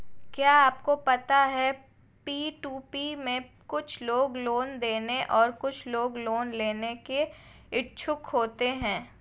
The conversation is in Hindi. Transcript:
क्या आपको पता है पी.टू.पी में कुछ लोग लोन देने और कुछ लोग लोन लेने के इच्छुक होते हैं?